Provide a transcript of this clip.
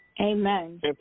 Amen